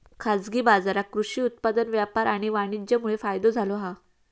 खाजगी बाजारांका कृषि उत्पादन व्यापार आणि वाणीज्यमुळे फायदो झालो हा